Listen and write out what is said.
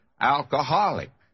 alcoholic